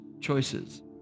choices